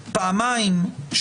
פעמיים,